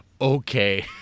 okay